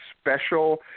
special